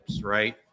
right